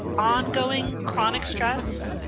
ongoing chronic stress